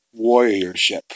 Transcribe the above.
warriorship